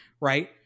right